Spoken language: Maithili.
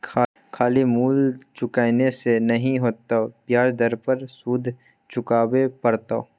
खाली मूल चुकेने से नहि हेतौ ब्याज दर पर सुदो चुकाबे पड़तौ